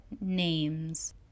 names